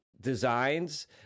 designs